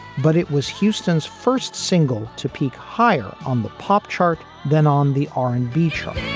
but it was houston's first single to peak higher on the pop chart than on the r and b show